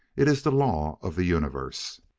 it is the law of the universe.